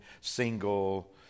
single